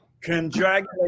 Congratulations